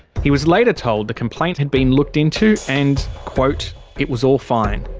he was later told the complaint had been looked into and quote it was all fine.